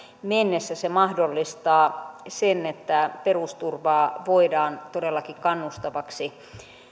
mennessä se mahdollistaa sen että perusturvaa voidaan todellakin kannustavaksi